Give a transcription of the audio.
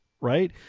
right